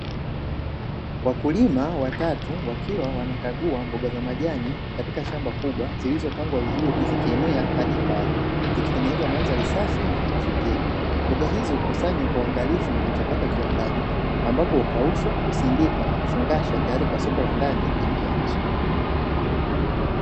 Wakulima watatu wakiwa wanakagua mboga za majani katika shamba kubwa zilizopangwa vizuri zikienea hadi mbali ,zikitengenza mandhari safi na ya kuvutia. Mboga hizi hukusanywa kwa uangalifu na kuchakatwa kiwandani ambapo hukaushwa, husindikwa na kufungashwa tayari kwa soko la ndani na nje ya nchi.